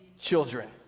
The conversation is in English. children